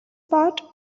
part